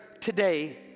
today